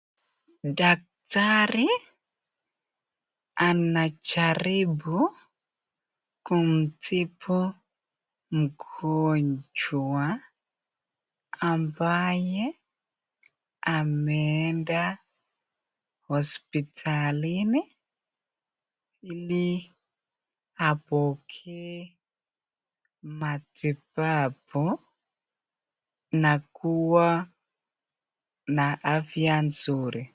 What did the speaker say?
Daktari anajarinu kumtipu mugonjwa ambaye amenda hospitalini hili hapokee matibabu na kuwa na afya nzuri.